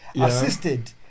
assisted